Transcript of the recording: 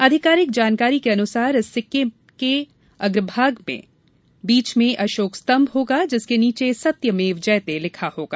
आधिकारिक जानकारी के अनुसार इस सिक्के के अग्रभाग पर बीच में अशोक स्तम्भ होगा जिसके नीचे सत्यमेव जयते लिखा होगा